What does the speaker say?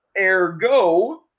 ergo